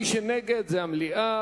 מי שנגד, זה המליאה.